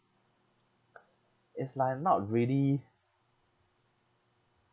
it's like not really